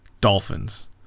Dolphins